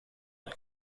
een